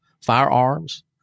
firearms